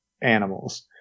animals